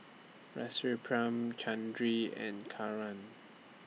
Rasipuram and Kiran